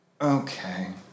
Okay